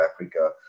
Africa